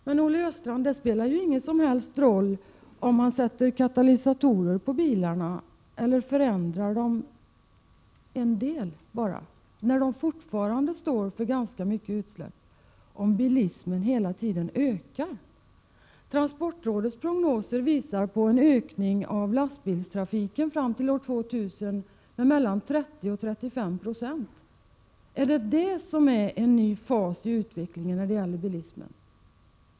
Men det spelar ingen som helst roll, Olle Östrand, att katalysatorer sätts på bilarna eller att en del bilar förändras — och fortfarande står för ganska mycket utsläpp — om bilismen hela tiden ökar. Transportrådets prognoser visar en ökning av lastbilstrafiken fram till år 2000 med mellan 30 och 35 26. Är det en ny fas i utvecklingen av bilismen?